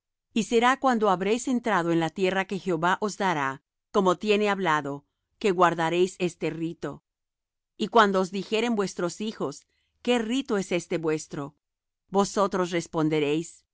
y será cuando habréis entrado en la tierra que jehová os dará como tiene hablado que guardaréis este rito y cuando os dijeren vuestros hijos qué rito es este vuestro vosotros responderéis es